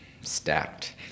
Stacked